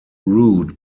route